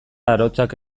arotzak